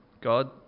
God